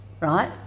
right